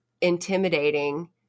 intimidating